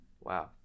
wow